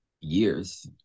years